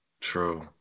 True